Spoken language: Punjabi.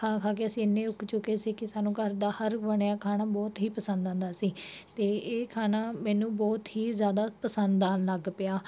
ਖਾ ਖਾ ਕੇ ਅਸੀਂ ਇੰਨੇ ਉੱਕ ਚੁੱਕੇ ਸੀ ਕਿ ਸਾਨੂੰ ਘਰ ਦਾ ਹਰ ਬਣਿਆ ਖਾਣਾ ਬਹੁਤ ਹੀ ਪਸੰਦ ਆਉਂਦਾ ਸੀ ਅਤੇ ਇਹ ਖਾਣਾ ਮੈਨੂੰ ਬਹੁਤ ਹੀ ਜ਼ਿਆਦਾ ਪਸੰਦ ਆਉਣ ਲੱਗ ਪਿਆ